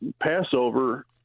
Passover